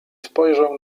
spojrzał